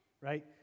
right